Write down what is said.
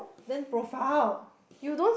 then profile